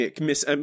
miss